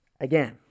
again